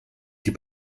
die